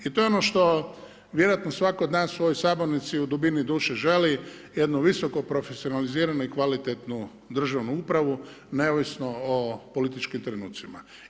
I to je ono što vjerojatno svatko od nas u ovoj Sabornici u dubini duše želi, jednu visokoprofesionaliziranu i kvalitetnu državnu upravu, neovisno o političkim trenucima.